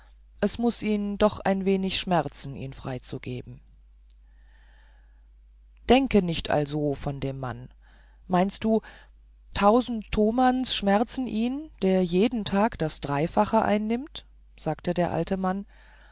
es muß ihn doch ein wenig schmerzen ihn freizugeben denke nicht also von dem mann meinst du tausend tomans schmerzen ihn der jeden tag das dreifache einnimmt sagte der alte mann